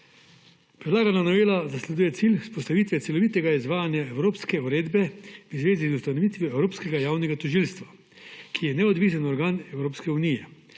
Predlagana novela zasleduje cilj vzpostavitve celovitega izvajanja evropske uredbe v zvezi z ustanovitvijo Evropskega javnega tožilstva, ki je neodvisen organ Evropske unije,